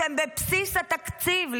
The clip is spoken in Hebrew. שהם בבסיס התקציב,